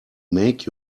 make